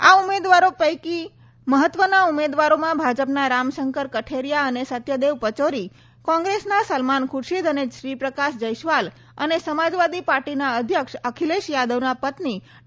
આ ઉમેદવારો પૈકી મહત્વના ઉમેદવારોમાં ભાજપના રામશંકર કઠેરીયા અને સત્યદેવ પચોરી કોંગ્રેસના સલમાન ખુરશીદ અને શ્રીપ્રકાશ જયસ્વાલ અને સમાજવાદી પાર્ટીના અધ્યક્ષ અખિલેશ યાદવના પત્ની ડિમ્પલ યાદવનો સમાવેશ થાય છે